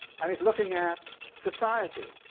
and he's looking at society,